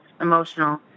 emotional